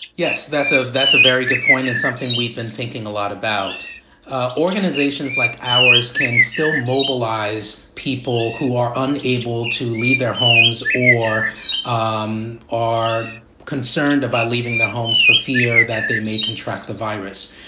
yes, that's a that's a very good point. it's something we've been thinking a lot about organizations like ours can still mobilize people who are unable to leave their homes or um are concerned about leaving their homes for fear that they may contract the virus.